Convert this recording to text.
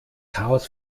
chaos